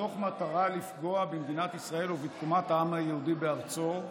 מתוך מטרה לפגוע במדינת ישראל ובתקומת העם היהודי בארצו,